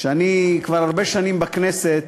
אני כבר הרבה שנים בכנסת,